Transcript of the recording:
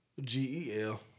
G-E-L